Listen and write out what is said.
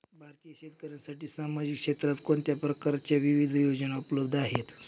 भारतीय शेतकऱ्यांसाठी सामाजिक क्षेत्रात कोणत्या प्रकारच्या विविध योजना उपलब्ध आहेत?